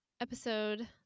episode